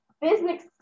business